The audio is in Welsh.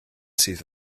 sydd